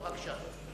בבקשה.